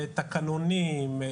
תקנונים,